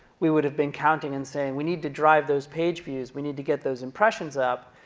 we would've been counting and saying we need to drive those page views. we need to get those impressions up.